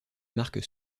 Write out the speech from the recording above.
marque